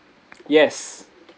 yes